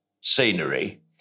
scenery